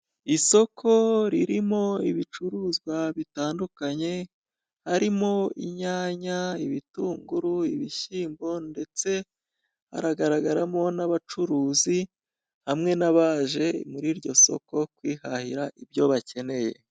Isoko ririmo ibicuruzwa bitandukanye harimo inyanya, ibitunguru, ibishyimbo ndetse haragaragaramo n'abacuruzi hamwe n'abaje muri iryo soko kwihahira ibyo bakeneye.